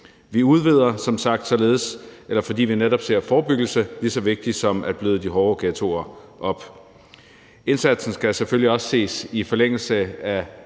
Vi udvider som sagt, fordi vi netop ser forebyggelse som lige så vigtigt som at bløde de hårde ghettoer op. Indsatsen skal selvfølgelig også ses i forlængelse af